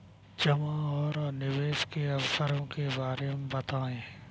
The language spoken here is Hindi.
जमा और निवेश के अवसरों के बारे में बताएँ?